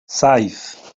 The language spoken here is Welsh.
saith